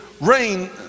rain